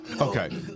okay